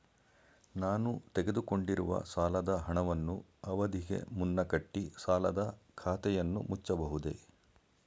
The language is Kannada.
ನಾನು ತೆಗೆದುಕೊಂಡಿರುವ ಸಾಲದ ಹಣವನ್ನು ಅವಧಿಗೆ ಮುನ್ನ ಕಟ್ಟಿ ಸಾಲದ ಖಾತೆಯನ್ನು ಮುಚ್ಚಬಹುದೇ?